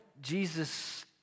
Jesus